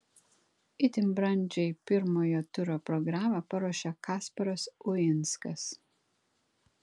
itin brandžiai pirmojo turo programą paruošė kasparas uinskas